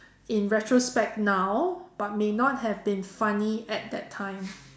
in retrospect now but may have not been funny at that time